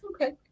okay